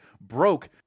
broke